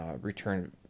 return